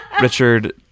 Richard